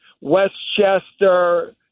Westchester